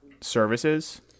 services